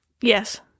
Yes